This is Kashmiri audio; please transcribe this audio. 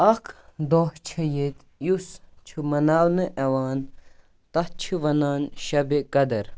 اکھ دۄہ چھُ ییتہِ یُس چھُ مناونہٕ یِوان تَتھ چھِ ونان شَبہِ قدر